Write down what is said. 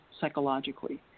psychologically